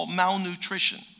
malnutrition